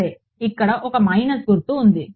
సరే ఇక్కడ ఒక మైనస్ గుర్తు ఉంది